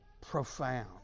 profound